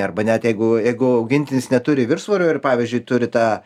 arba net jeigu jeigu augintinis neturi viršsvorio ir pavyzdžiui turi tą